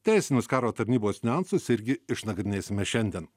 teisinius karo tarnybos niuansus irgi išnagrinėsime šiandien